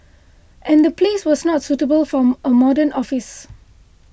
and the place was not suitable for a modern office